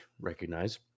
recognize